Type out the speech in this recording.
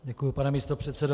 Děkuji, pane místopředsedo.